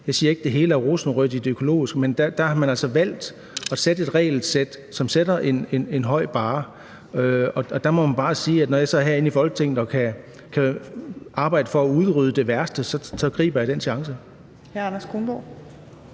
Jeg siger ikke, at det hele er rosenrødt i det økologiske, men der har man altså valgt at sætte et regelsæt, som sætter en høj barre. Man må bare sige, at når jeg så her i Folketinget kan arbejde for at udrydde det værste, så griber jeg den chance.